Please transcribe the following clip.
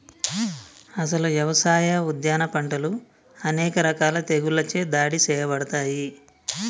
అసలు యవసాయ, ఉద్యాన పంటలు అనేక రకాల తెగుళ్ళచే దాడి సేయబడతాయి